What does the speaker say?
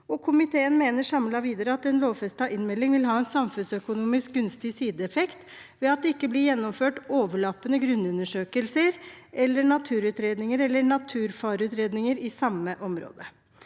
komité mener videre at en lovfestet innmelding vil ha en samfunnsøkonomisk gunstig sideeffekt ved at det ikke blir gjennomført overlappende grunnundersøkelser, naturutredninger eller naturfareutredninger i samme område.